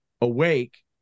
awake